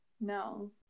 No